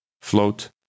Float